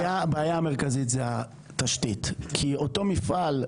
הביעה המרכזית זה התשתית כי אותו מפעל,